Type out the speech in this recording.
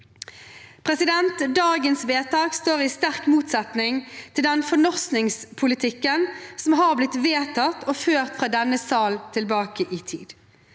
Dagens vedtak står i sterk motsetning til den fornorskningspolitikken som er blitt vedtatt og ført fra denne sal tilbake i tid.